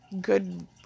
good